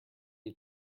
you